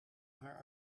haar